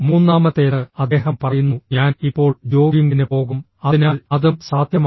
മൂന്നാമത്തേത് അദ്ദേഹം പറയുന്നു ഞാൻ ഇപ്പോൾ ജോഗിംഗിന് പോകും അതിനാൽ അതും സാധ്യമാണ്